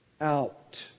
out